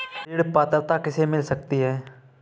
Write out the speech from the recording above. ऋण पात्रता किसे किसे मिल सकती है?